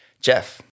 Jeff